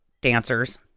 dancers